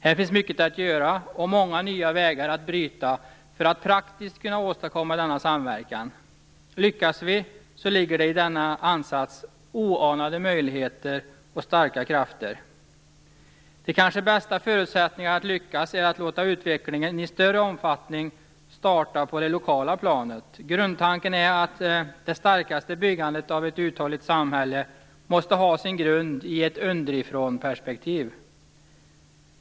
Här finns det mycket att göra och många nya vägar att bryta för att praktiskt kunna åstadkomma denna samverkan. Lyckas vi, så ligger i denna ansats oanade möjligheter och starka krafter. De kanske bästa förutsättningarna att lyckas är att låta utvecklingen i större omfattning starta på det lokala planet. Grundtanken är att det starkaste byggandet av ett uthålligt samhälle måste ha sin grund i ett underifrånperspektiv.